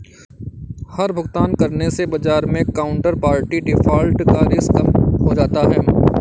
हर भुगतान करने से बाजार मै काउन्टरपार्टी डिफ़ॉल्ट का रिस्क कम हो जाता है